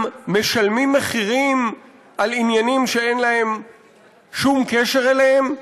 משלמים מחירים על עניינים שאין להם שום קשר אליהם?